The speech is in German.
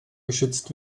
geschützt